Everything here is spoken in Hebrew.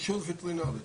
אישור וטרינרי.